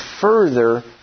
further